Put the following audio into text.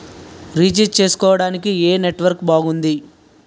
Recharge చేసుకోవటానికి ఏం network బాగుంది?